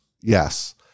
yes